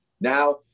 Now